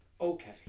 Okay